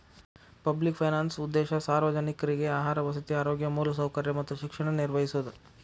public finance ಉದ್ದೇಶ ಸಾರ್ವಜನಿಕ್ರಿಗೆ ಆಹಾರ ವಸತಿ ಆರೋಗ್ಯ ಮೂಲಸೌಕರ್ಯ ಮತ್ತ ಶಿಕ್ಷಣ ನಿರ್ವಹಿಸೋದ